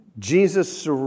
Jesus